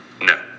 No